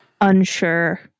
unsure